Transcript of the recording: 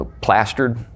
plastered